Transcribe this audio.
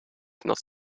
not